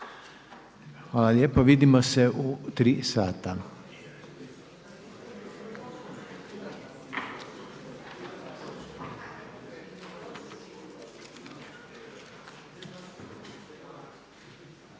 Hvala lijepo. Vidimo se u tri sata.